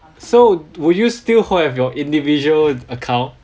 so will you still have your individual account